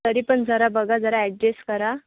तरी पण जरा बघा जरा ॲडजेस्ट करा